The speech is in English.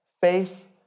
Faith